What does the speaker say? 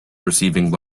receiving